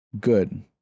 good